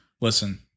listen